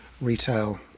retail